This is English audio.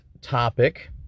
topic